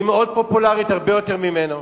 היא מאוד פופולרית, הרבה יותר ממנו,